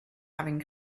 having